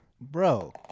bro